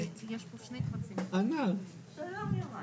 אבל נפלה טעות והתחולה של זה אמורה להיות